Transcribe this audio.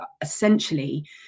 essentially